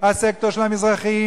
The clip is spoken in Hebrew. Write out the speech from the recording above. הסקטור של המזרחים,